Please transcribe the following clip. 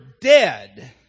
dead